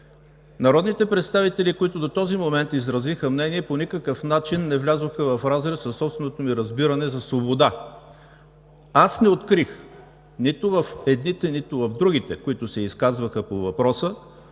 Народните представители, които до този момент изразиха мнение, по никакъв начин не влязоха в разрез със собственото ми разбиране за свобода. Не открих нито в едните, нито в другите, които се изказваха по въпроса,